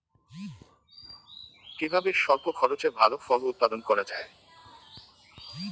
কিভাবে স্বল্প খরচে ভালো ফল উৎপাদন করা যায়?